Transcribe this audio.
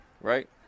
right